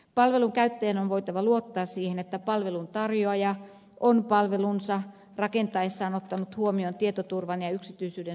palvelun käyttäjän on voitava luottaa siihen että palvelun tarjoaja on palvelunsa rakentaessaan ottanut huomioon tietoturvan ja yksityisyyden suojan vaatimukset